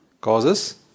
Causes